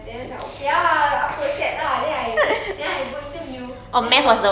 then macam okay ah apa set ah then I then I go interview then I like